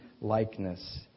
likeness